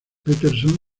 peterson